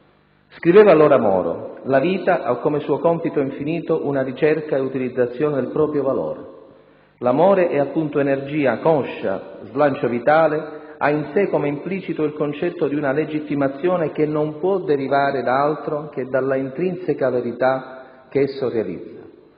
Scriveva allora Moro: «La vita ha come suo compito infinito una ricerca e utilizzazione del proprio valore (...). L'amore è appunto energia conscia, slancio vitale, ha in sé come implicito il concetto di una legittimazione che non può derivare da altro che dalla intrinseca verità che esso realizza